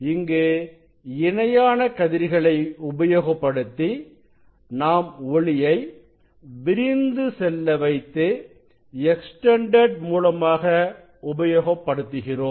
இங்கு இணையான கதிர்களை உபயோகப்படுத்தி நாம் ஒளியை விரிந்து செல்ல வைத்து எக்ஸ்டெண்டெட் மூலமாக உபயோகப்படுத்துகிறோம்